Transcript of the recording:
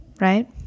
right